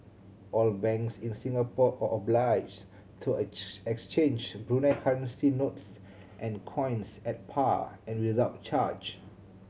all banks in Singapore are obliged to exchange Brunei currency notes and coins at par and without charge